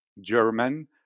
german